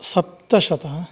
सप्तशत